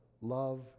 Love